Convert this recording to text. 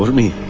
me.